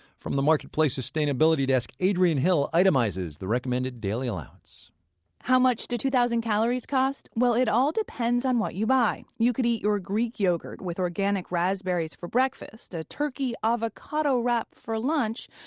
from the marketplace sustainability desk, adriene hill itemizes the recommended daily allowance how much do two thousand calories cost? well, it all depends on what you buy. you could eat your greek yogurt with organic raspberries for breakfast, a turkey avocado wrap for lunch,